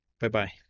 Bye-bye